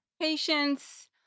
Patience